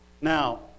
Now